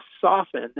soften